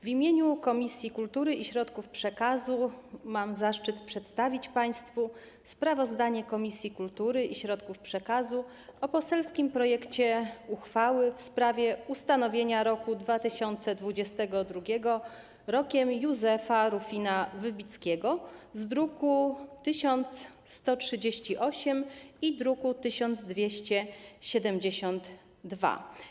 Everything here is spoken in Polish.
W imieniu Komisji Kultury i Środków Przekazu mam zaszczyt przedstawić państwu sprawozdanie Komisji Kultury i Środków Przekazu o poselskim projekcie uchwały w sprawie ustanowienia roku 2022 Rokiem Józefa Rufina Wybickiego, druki nr 1138 i 1272.